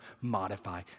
modify